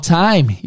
time